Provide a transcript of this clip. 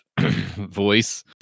voice